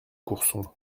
courson